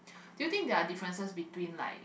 do you think there are differences between like